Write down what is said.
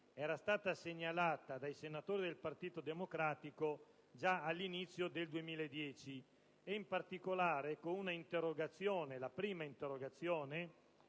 era stata segnalata dai senatori del Partito Democratico già all'inizio del 2010. In particolare, con una prima interrogazione